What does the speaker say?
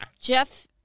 Jeff